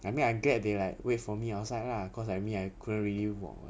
I mean I get they like wait for me outside lah cause I mean like I couldn't really walk